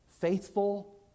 Faithful